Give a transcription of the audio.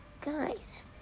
guys